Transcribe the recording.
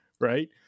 right